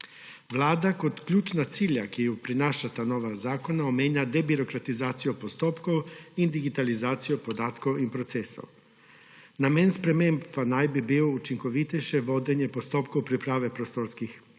Vlada kot ključna cilja, ki ju prinašata nova zakona, omenja debirokratizacijo postopkov in digitalizacijo podatkov in procesov. Namen sprememb pa naj bi bil učinkovitejše vodenje postopkov priprave prostorskih aktov